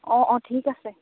অঁ অঁ ঠিক আছে